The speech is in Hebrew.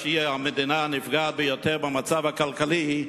שהיא המדינה הנפגעת ביותר מהמצב הכלכלי,